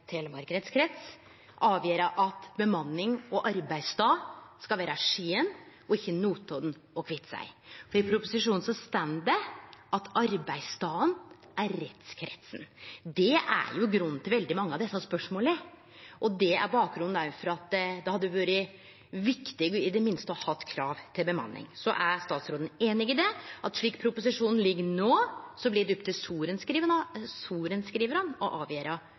at bemanning og arbeidsdag skal vere Skien, ikkje Notodden og Kviteseid. I proposisjonen står det at arbeidsstaden er rettskretsen. Det er grunnen til veldig mange av desse spørsmåla, og det er òg bakgrunnen for at det hadde vore viktig i det minste å ha krav til bemanning. Er statsråden einig i at slik proposisjonen ligg no, blir det opp til